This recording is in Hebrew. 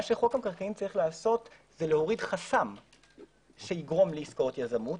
חוק המקרקעין צריך להוריד חסם שיגרום לעסקאות יזמות,